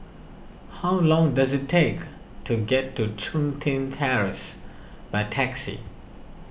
how long does it take to get to Chun Tin Terrace by taxi